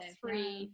three